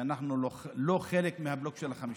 שאנחנו לא חלק מהבלוק של ה-52,